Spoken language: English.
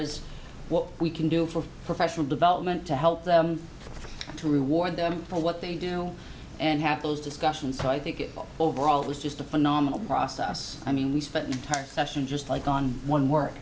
as what we can do for professional development to help them to reward them for what they do and happens discussion so i think it overall it was just a phenomenal process i mean we spent an entire session just like on one wor